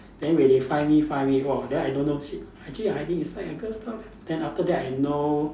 then when they finally find me !wah! then I don't know is it actually I hiding inside the girl's toilet then after that I know